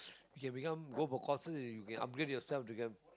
you can become go for courses you can upgrade yourself become